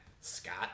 Scott